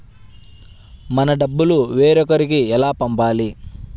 మన డబ్బులు వేరొకరికి ఎలా పంపాలి?